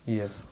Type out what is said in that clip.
Yes